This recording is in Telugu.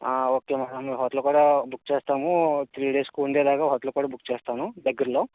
ఓకే మేడమ్ హోటలు కూడా బుక్ చేస్తాము ఒ త్రీ డేస్కి ఉండేలాగా హోటలు కూడా బుక్ చేస్తాను దగ్గరలో